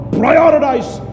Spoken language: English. prioritize